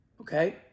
Okay